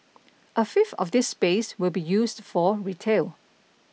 a fifth of this space will be used for retail